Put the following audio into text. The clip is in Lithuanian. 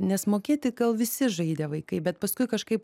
nes mokėti gal visi žaidę vaikai bet paskui kažkaip